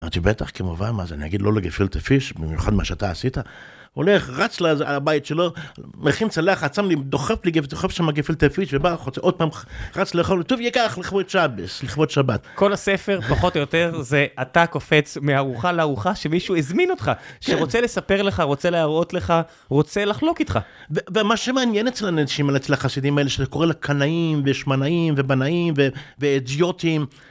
אמרתי בטח, כמובן, מה, אני אגיד לא לגפילטעפיש?! במיוחד, מה שאתה עשית? הולך, רץ לבית שלו, מכין צלחת, שם לי... דוחף לי גפילטעפיש, ובא החוצה. עוד פעם, רץ לאכול, וטוב יהיה כך לכבוד שבס, לכבוד שבת. - כל הספר, פחות או יותר, זה אתה קופץ מארוחה לארוחה, שמישהו הזמין אותך. שרוצה לספר לך, רוצה להראות לך, רוצה לחלוק איתך. - ומה שמעניין אצל האנשים האלה, אצל החסידים האלה, שאתה קורא להם קנאים ושמנאים ובנאים והידיוטים...